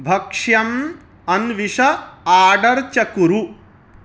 भक्ष्यम् अन्विश आर्डर् च कुरु